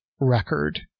Record